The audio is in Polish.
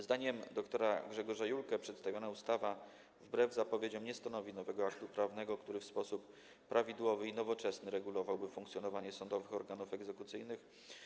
Zdaniem dr. Grzegorza Julke przedstawiona ustawa wbrew zapowiedziom nie stanowi nowego aktu prawnego, który w sposób prawidłowy i nowoczesny regulowałby funkcjonowanie sądowych organów egzekucyjnych.